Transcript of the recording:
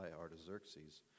Artaxerxes